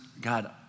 God